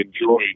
enjoy